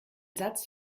satz